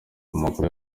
amakuru